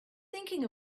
thinking